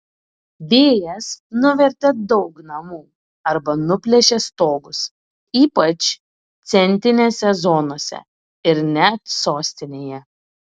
vėjas nuvertė daug namų arba nuplėšė stogus ypač centinėse zonose ir net sostinėje